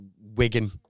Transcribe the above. Wigan